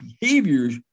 behaviors